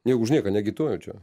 nė už nieką neagituoju čia